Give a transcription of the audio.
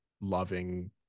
loving